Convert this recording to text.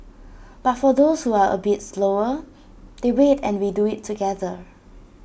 but for those who are A bit slower they wait and we do IT together